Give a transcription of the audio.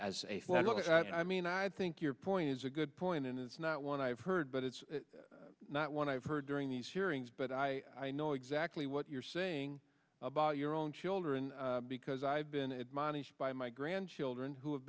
well i mean i think your point is a good point and it's not one i've heard but it's not one i've heard during these hearings but i i know exactly what you're saying about your own children because i've been admonished by my grandchildren who have